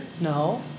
No